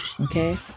Okay